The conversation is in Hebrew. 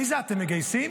עליזה, אתם מגייסים?